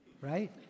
right